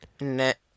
Net